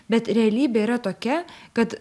bet realybė yra tokia kad